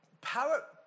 Power